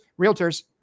realtors